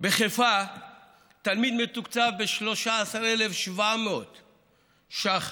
בחיפה תלמיד מתוקצב ב-13,700 ש"ח